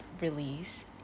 release